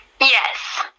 Yes